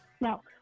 No